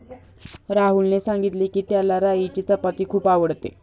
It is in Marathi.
राहुलने सांगितले की, त्याला राईची चपाती खूप आवडते